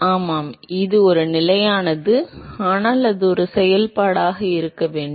ஆமாம் இது ஒரு நிலையானது ஆனால் அது ஒரு செயல்பாடாக இருக்க வேண்டும்